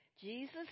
Jesus